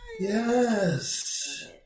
Yes